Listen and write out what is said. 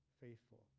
faithful